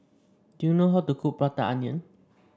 do you know how to cook Prata Onion